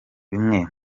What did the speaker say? bimwe